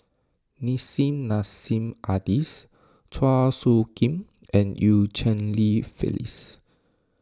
Nissim Nassim Adis Chua Soo Khim and Eu Cheng Li Phyllis